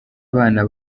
abana